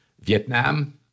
Vietnam